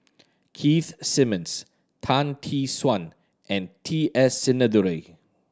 Keith Simmons Tan Tee Suan and T S Sinnathuray